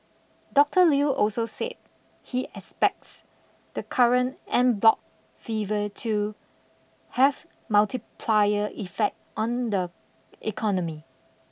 Doctor Lew also said he expects the current en bloc fever to have multiplier effect on the economy